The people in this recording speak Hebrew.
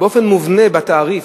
באופן מובנה בתעריף,